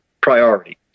priority